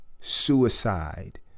suicide